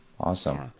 Awesome